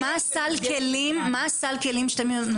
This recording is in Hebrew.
מה הסל כלים שאתם נותנים לילד?